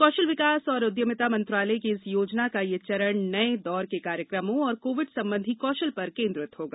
कौशल विकास और उद्यमिता मंत्रालय की इस योजना का यह चरण नये दौर के कार्यक्रमों और कोविड संबंधी कौशल पर केन्द्रित होगा